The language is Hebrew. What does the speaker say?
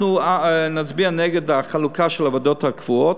אנחנו נצביע נגד החלוקה של הוועדות הקבועות,